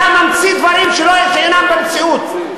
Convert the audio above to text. אתה ממציא דברים שאינם במציאות.